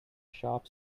sharp